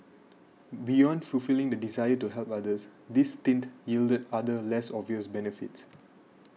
beyond fulfilling the desire to help others this stint yielded other less obvious benefits